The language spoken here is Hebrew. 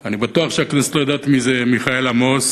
אני בטוח שהכנסת לא יודעת מי אלה מיכאל עמוס,